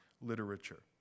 literature